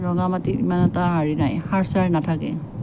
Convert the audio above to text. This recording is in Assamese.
ৰঙামাটিত ইমান এটা হেৰি নাই সাৰ চাৰ নাথাকে